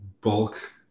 bulk